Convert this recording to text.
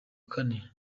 kane